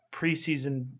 preseason